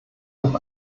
noch